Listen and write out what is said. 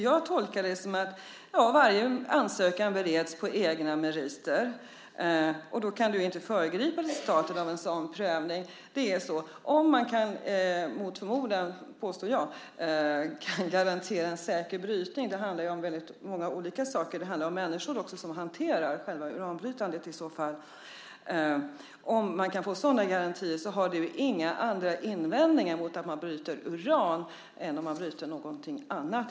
Jag tolkar det så att varje ansökan bereds på egna meriter, och då kan du inte föregripa resultatet av en sådan prövning. Det är så om man, mot förmodan påstår jag, kan garantera en säker brytning. Det handlar ju om väldigt många olika saker. Det handlar också om människor som hanterar själva uranbrytningen i så fall. Om man kan få sådana garantier har du inga andra invändningar mot att man bryter uran än om man bryter någonting annat.